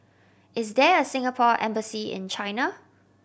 is there a Singapore Embassy in China